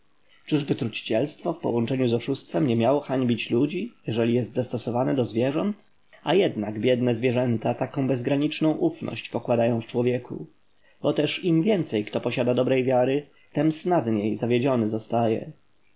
podstęp czyżby trucicielstwo w połączeniu z oszustwem nie miało hańbić ludzi jeżeli jest zastosowane do zwierząt a jednak biedne zwierzęta taką bezgraniczną ufność pokładają w człowieku bo też im więcej kto posiada dobrej wiary tem snadniej zawiedziony zostaje